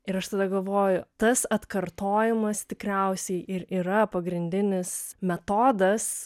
ir aš tada galvoju tas atkartojimas tikriausiai ir yra pagrindinis metodas